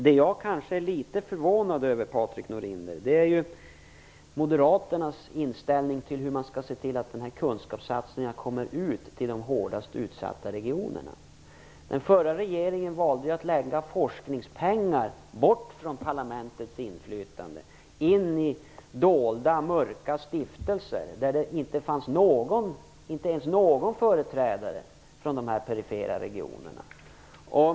Det jag kanske är litet förvånad över, Patrik Norinder, är moderaternas inställning till hur man skall se till att kunskapssatsningarna kommer ut till de hårdast utsatta regionerna. Den förra regeringen valde att lägga forskningspengar utanför parlamentets inflytande på dolda mörka stiftelser, där det inte ens fanns någon företrädare för de mer perifera regionerna.